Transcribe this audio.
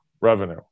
revenue